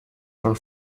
von